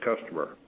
customer